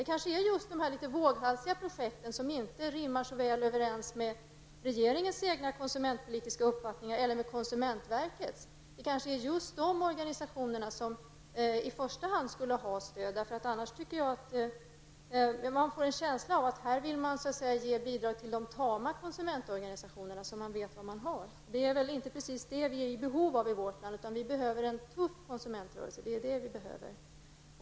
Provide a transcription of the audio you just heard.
Det är kanske just de litet våghalsiga projekten, som inte rimmar så väl med regeringens eller med konsumentverkets konsumentpolitiska uppfattningar, som i första hand skall ha stöd. Jag får en känsla av att man vill ge bidrag till de tama konsumentorganisationerna, som man vet var man har. Det är inte precis det som vi är i behov av i vårt land, utan vi behöver en tuff konsumentrörelse.